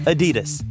Adidas